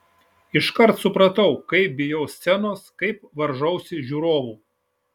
iškart supratau kaip bijau scenos kaip varžausi žiūrovų